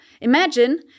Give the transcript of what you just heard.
imagine